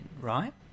right